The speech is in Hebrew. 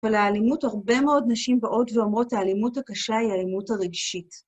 אבל האלימות, הרבה מאוד נשים באות ואומרות, האלימות הקשה היא האלימות הרגשית.